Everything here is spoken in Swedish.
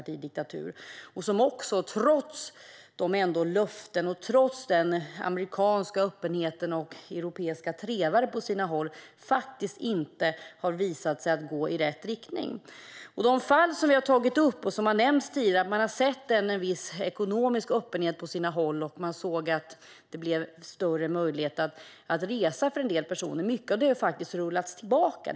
Trots löften och trots den amerikanska öppenheten och vissa europeiska trevare har man faktiskt inte heller visat sig gå i rätt riktning. Mycket av det som har nämnts tidigare, att man har sett en viss ekonomisk öppenhet på sina håll och större möjligheter att resa för en del personer, har faktiskt rullats tillbaka.